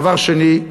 דבר שני,